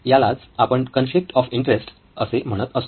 यालाच आपण conflict of interest असे म्हणत आहोत